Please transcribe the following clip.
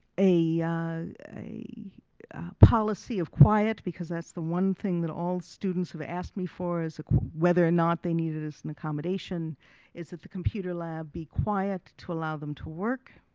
a a policy of quiet, because that's the one thing that all students who have asked me for is whether or not they needed it as an accommodation is that the computer lab be quiet to allow them to work.